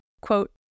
quote